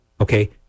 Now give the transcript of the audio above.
Okay